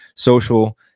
social